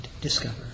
discover